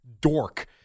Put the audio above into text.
dork